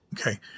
okay